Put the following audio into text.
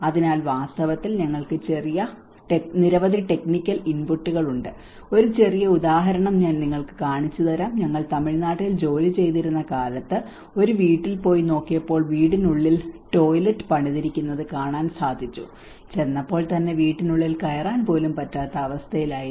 അതിനാൽ വാസ്തവത്തിൽ ഞങ്ങൾക്ക് നിരവധി ടെക്നിക്കൽ ഇൻപുട്ടുകൾ ഉണ്ട് ഒരു ചെറിയ ഉദാഹരണം ഞാൻ നിങ്ങൾക്ക് കാണിച്ചുതരാം ഞങ്ങൾ തമിഴ്നാട്ടിൽ ജോലി ചെയ്തിരുന്ന കാലത്ത് ഒരു വീട്ടിൽ പോയി നോക്കിയപ്പോൾ വീടിനുള്ളിൽ ടോയ്ലറ്റ് പണിതിരിക്കുന്നത് കാണാൻ സാധിച്ചു ചെന്നപ്പോൾ തന്നെ വീടിനുള്ളിൽ കയറാൻ പോലും പറ്റാത്ത അവസ്ഥയിലായിരുന്നു